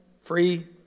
free